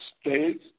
states